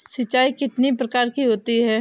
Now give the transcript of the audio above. सिंचाई कितनी प्रकार की होती हैं?